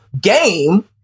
game